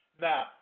Now